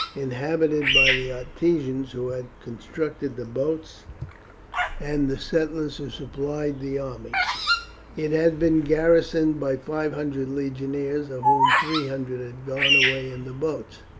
inhabited by the artisans who had constructed the boats and the settlers who supplied the army it had been garrisoned by five hundred legionaries, of whom three hundred had gone away in the boats.